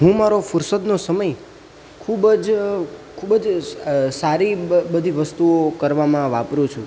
હું મારો ફુરસદનો સમય ખૂબ જ ખૂબ જ સારી બધી વસ્તુઓ કરવામાં વાપરું છું